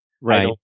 right